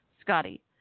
Scotty